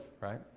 right